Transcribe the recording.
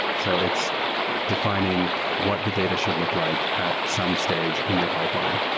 so it's defi ning what the data should look like at some stage in your pipeline.